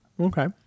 Okay